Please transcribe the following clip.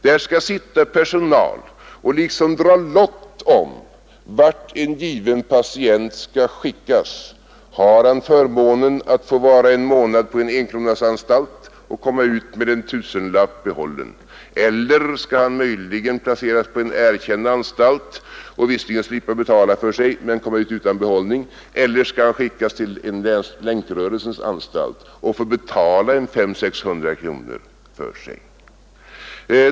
Där skall sitta personal och liksom dra lott om vart en given patient skall skickas. Har han förmånen att få vara en månad på en enkronasanstalt och komma ut med en tusenlapp behållen, skall han möjligen placeras på en erkänd anstalt och visserligen slippa betala för sig men komma ut utan behållning, eller skall han skickas till en Länkrörelsens anstalt och få betala 500-600 kronor för sig?